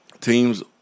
teams